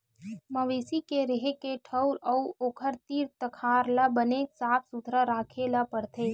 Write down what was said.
मवेशी के रेहे के ठउर अउ ओखर तीर तखार ल बने साफ सुथरा राखे ल परथे